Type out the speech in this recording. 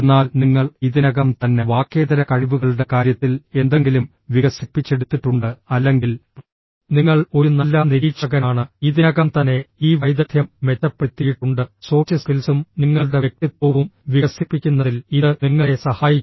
എന്നാൽ നിങ്ങൾ ഇതിനകം തന്നെ വാക്കേതര കഴിവുകളുടെ കാര്യത്തിൽ എന്തെങ്കിലും വികസിപ്പിച്ചെടുത്തിട്ടുണ്ട് അല്ലെങ്കിൽ നിങ്ങൾ ഒരു നല്ല നിരീക്ഷകനാണ് ഇതിനകം തന്നെ ഈ വൈദഗ്ദ്ധ്യം മെച്ചപ്പെടുത്തിയിട്ടുണ്ട് സോഫ്റ്റ് സ്കിൽസും നിങ്ങളുടെ വ്യക്തിത്വവും വികസിപ്പിക്കുന്നതിൽ ഇത് നിങ്ങളെ സഹായിക്കും